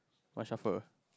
why shuffle